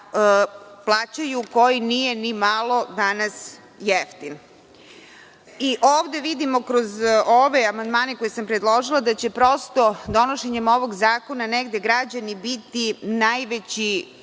plaćaju, koji nije ni malo danas jeftin? Ovde vidimo, kroz ove amandmane koje sam predložila da će prosto donošenjem ovog zakona negde građani biti najveći